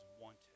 wanted